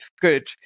good